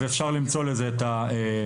ואפשר למצוא לזה את המשאבים.